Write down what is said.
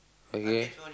okay